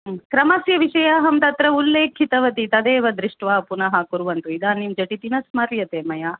क्रमस्य विषये अहं तत्र उल्लेखितवती तदेव दृष्ट्वा पुनः कुर्वन्तु इदानीं झटिति न स्मर्यते मया